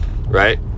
right